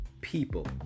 people